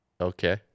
Okay